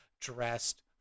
dressed